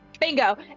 Bingo